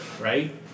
right